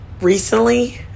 recently